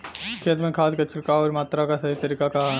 खेत में खाद क छिड़काव अउर मात्रा क सही तरीका का ह?